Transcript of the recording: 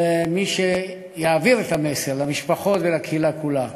מי שיעבירו את המסר למשפחות ולקהילה כולה.